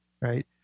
Right